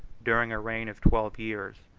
during a reign of twelve years,